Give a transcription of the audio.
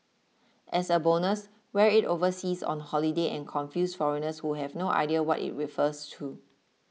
as a bonus wear it overseas on the holiday and confuse foreigners who have no idea what it refers to